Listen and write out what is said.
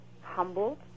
humbled